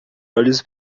olhos